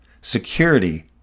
Security